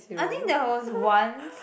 I think there was once